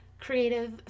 creative